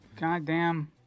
goddamn